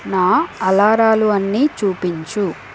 నా అలారాలు అన్నీ చూపించు